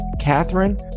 Catherine